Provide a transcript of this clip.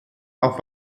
auch